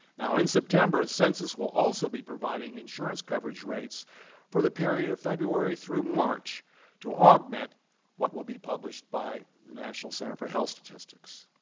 now, in september, census will also be providing insurance coverage rates for the period of february through march to augment what will be published by the national center for health statistics.